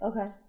Okay